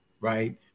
right